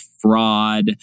fraud